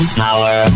power